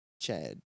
Chad